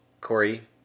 Corey